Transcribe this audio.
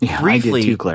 briefly